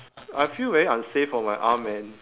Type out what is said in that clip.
I feel very unsafe for my arm man